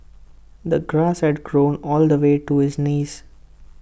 the grass had grown all the way to his knees